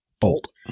bolt